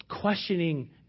questioning